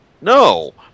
no